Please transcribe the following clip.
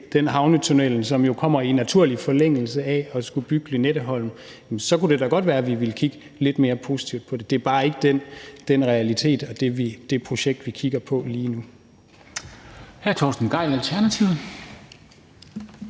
den havnetunnel, som jo kommer i naturlig forlængelse af at skulle bygge Lynetteholmen, så kunne det da godt være, at vi ville kigge lidt mere positivt på det. Det er bare ikke den realitet og det projekt, vi kigger på lige nu. Kl. 21:16 Formanden (Henrik